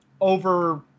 over